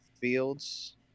fields